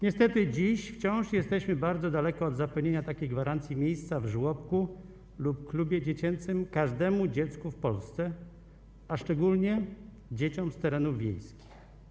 Niestety dziś wciąż jesteśmy bardzo daleko od zapewnienia takiej gwarancji miejsca w żłobku lub klubie dziecięcym każdemu dziecku w Polsce, a szczególnie dzieciom z terenów wiejskich.